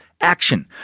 action